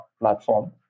platform